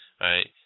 right